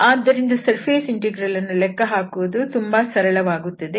ಆದ್ದರಿಂದ surface integral ಅನ್ನು ಲೆಕ್ಕ ಹಾಕುವುದು ತುಂಬಾ ಸರಳವಾಗಿದೆ